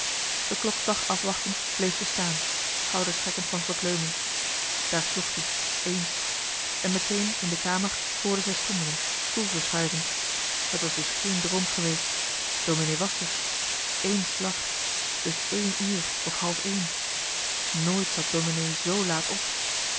den klokslag afwachtend bleef ze staan schoudertrekkend van verkleuming daar sloeg t ie eens en meteen in de kamer hoorde zij stommelen stoelverschuiven het was dus geen droom geweest domenee was d'er eén slag dus één uur of hàlf een nooit zat domenee z laat op